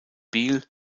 biel